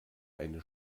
eine